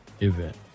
event